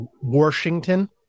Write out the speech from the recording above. Washington